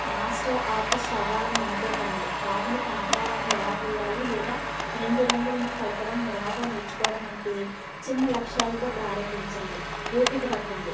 master artist అవ్వాలని అనుకోకండి ప్రాథమిక ఆకారాన్ని ఎలా గీయాలి లేదా రెండు రంగులను కలపడం ఎలాగో నేర్చుకోవడం వంటి చిన్న లక్ష్యాలతో ప్రారంభించండి ఓపిక పట్టండి